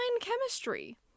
chemistry